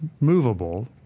movable